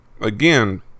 Again